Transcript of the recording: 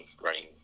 running